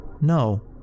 No